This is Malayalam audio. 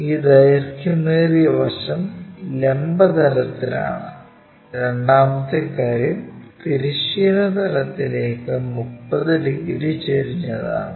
ഈ ദൈർഘ്യമേറിയ വശം ലംബ തലത്തിലാണ് രണ്ടാമത്തെ കാര്യം തിരശ്ചീന തലത്തിലേക്ക് 30 ഡിഗ്രി ചെരിഞ്ഞതാണ്